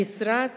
המשרד